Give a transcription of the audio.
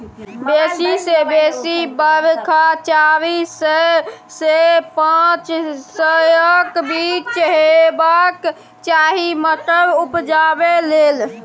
बेसी सँ बेसी बरखा चारि सय सँ पाँच सयक बीच हेबाक चाही मटर उपजाबै लेल